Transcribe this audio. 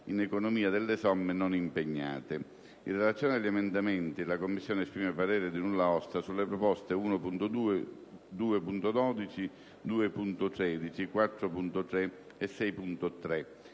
In relazione agli emendamenti, la Commissione esprime parere di nulla osta sulle proposte 1.2, 2.12, 2.13, 4.3 e 6.3,